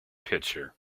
pitcher